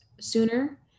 sooner